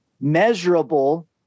measurable